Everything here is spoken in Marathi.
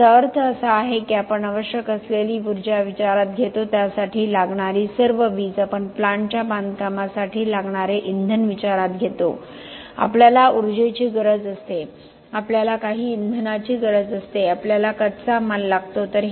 तर याचा अर्थ असा आहे की आपण आवश्यक असलेली ऊर्जा विचारात घेतो त्यासाठी लागणारी सर्व वीज आपण प्लांटच्या बांधकामासाठी लागणारे इंधन विचारात घेतो आपल्याला ऊर्जेची गरज असते आपल्याला काही इंधनाची गरज असते आपल्याला कच्चा माल लागतो